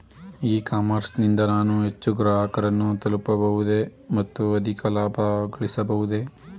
E commerce ನಿಂದ ನಾನು ಹೆಚ್ಚು ಗ್ರಾಹಕರನ್ನು ತಲುಪಬಹುದೇ ಮತ್ತು ಅಧಿಕ ಲಾಭಗಳಿಸಬಹುದೇ?